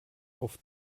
auf